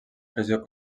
pressió